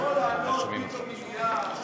הגיעו משם.